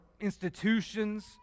institutions